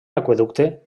aqüeducte